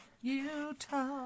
Utah